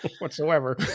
whatsoever